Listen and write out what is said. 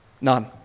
None